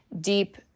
deep